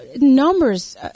numbers